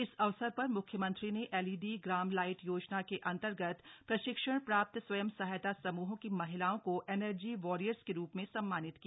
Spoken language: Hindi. इस अवसर पर मुख्यमंत्री ने एलईडी ग्राम लाईट योजना के अंतर्गत प्रशिक्षण प्राप्त स्वयं सहायता समूहों की महिलाओं को एनर्जी वॉरियर्स के रूप में सम्मानित किया